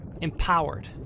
empowered